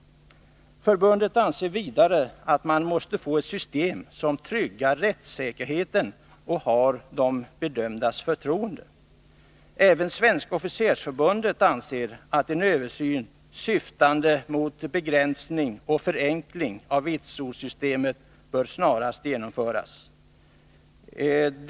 Förbundet anser vidare att man måste få ett system som tryggar rättssäkerheten och har de bedömdas förtroende. Även Svenska officersförbundet anser att en översyn syftande till begränsning och förenkling av vitsordssystemet snarast bör genomföras.